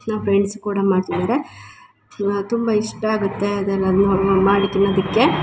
ನಾ ಫ್ರೆಂಡ್ಸ್ ಕೂಡ ಮಾಡ್ತಿದ್ದಾರೆ ತುಂಬ ಇಷ್ಟ ಆಗುತ್ತೆ ಅದೆಲ್ಲ ನೋಡಿ ನೋಡಿ ಮಾಡಿ ತಿನ್ನದಿಕ್ಕೆ